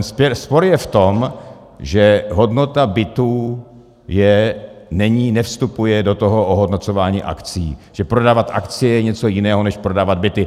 Ten spor je v tom, že hodnota bytů nevstupuje do toho ohodnocování akcií, že prodávat akcie je něco jiného než prodávat byty.